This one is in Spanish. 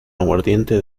aguardiente